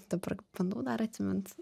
dabar bandau dar atsimint